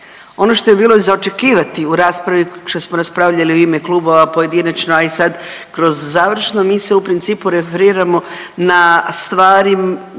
Ono što je bilo i za očekivati u raspravi što smo raspravljali u ime klubova, pojedinačno, a i sad kroz završno mi se u principu referiramo na stvari